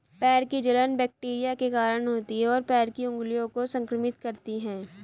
पैर की जलन बैक्टीरिया के कारण होती है, और पैर की उंगलियों को संक्रमित करती है